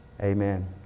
Amen